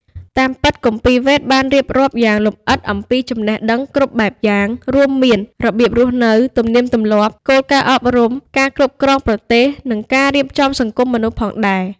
តាមពិត គម្ពីរ វេទ បានរៀបរាប់យ៉ាងលម្អិតអំពី ចំណេះដឹងគ្រប់បែបយ៉ាងរួមមាន របៀបរស់នៅ ទំនៀមទម្លាប់ គោលការណ៍អប់រំ ការគ្រប់គ្រងប្រទេស និងការរៀបចំសង្គមមនុស្ស ផងដែរ។